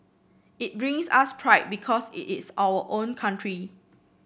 it brings us pride because it is our own country